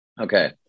Okay